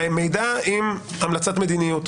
מהמידע, עם המלצת מדיניות.